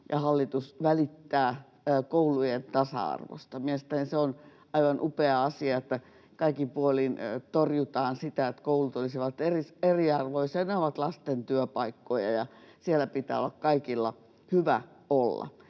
ja hallitus välittää koulujen tasa-arvosta. Mielestäni se on aivan upea asia, että kaikin puolin torjutaan sitä, että koulut olisivat eriarvoisia. Ne ovat lasten työpaikkoja, ja siellä pitää olla kaikilla hyvä olla.